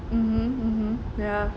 mmhmm mmhmm ya